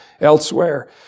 elsewhere